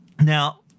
Now